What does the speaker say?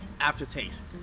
aftertaste